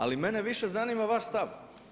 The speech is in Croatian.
Ali mene više zanima vaš stav.